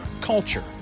culture